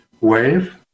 wave